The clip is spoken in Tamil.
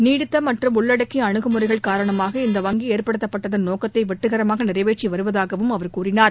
நீடித்தமற்றும் உள்ளடக்கியஅணுகுமுறைகள் காரணமாக இந்த வங்கிஏற்படுத்தப்பட்டதன் நோக்கத்தைவெற்றிகரமாகநிறைவேற்றிவருவதாகவும் அவர் கூறினார்